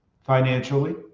financially